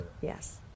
Yes